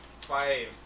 five